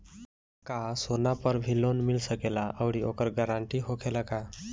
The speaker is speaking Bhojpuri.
का सोना पर भी लोन मिल सकेला आउरी ओकर गारेंटी होखेला का?